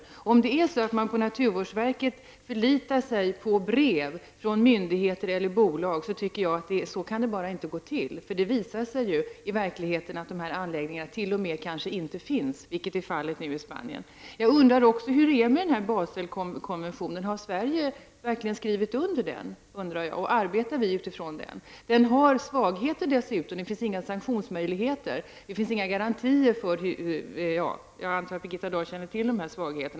Jag tycker att det bara inte kan gå till så att naturvårdsverket förlitar sig på brev från myndigheter eller bolag. Det visar sig ju kanske i verkligheten att anläggningarna i fråga t.o.m. inte finns, så som nu är fallet i Spanien. Baselkonventionen. Jag undrar om Sverige verkligen har skrivit under den och om vi arbetar på dess grund. Den har dessutom svagheter, eftersom den inte innehåller några sanktionsmöjligheter. Jag antar att Birgitta Dahl känner till dessa svagheter.